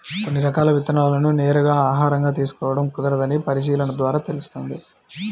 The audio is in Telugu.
కొన్ని రకాల విత్తనాలను నేరుగా ఆహారంగా తీసుకోడం కుదరదని పరిశీలన ద్వారా తెలుస్తుంది